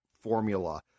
formula